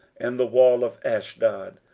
and the wall of ashdod,